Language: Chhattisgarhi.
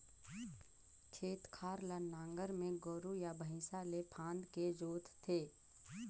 खेत खार ल नांगर में गोरू या भइसा ले फांदके जोत थे